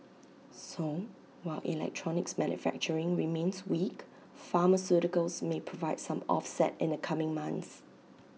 so while electronics manufacturing remains weak pharmaceuticals may provide some offset in the coming months